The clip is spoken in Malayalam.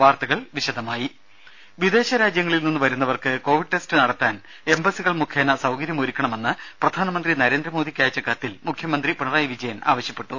വാർത്തകൾ വിശദമായി വിദേശ രാജ്യങ്ങളിൽ നിന്ന് വരുന്നവർക്ക് കോവിഡ് ടെസ്റ്റ് എംബസികൾ മുഖേന സൌകര്യം ഒരുക്കണമെന്ന് നടത്താൻ പ്രധാനമന്ത്രി നരേന്ദ്രമോദിക്ക് അയച്ച കത്തിൽ മുഖ്യമന്ത്രി പിണറായി വിജയൻ ആവശ്യപ്പെട്ടു